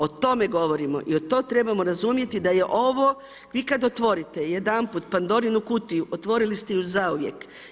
O tome govorimo jer to trebamo razumjeti da je ovo, vi kad otvorite jedanput pandorinu kutiju, otvorili ste ju zauvijek.